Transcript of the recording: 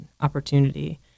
opportunity